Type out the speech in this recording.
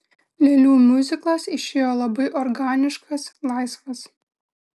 lėlių miuziklas išėjo labai organiškas laisvas